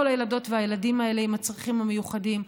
הילדות והילדים האלה עם הצרכים המיוחדים,